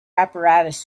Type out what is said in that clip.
apparatus